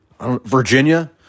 Virginia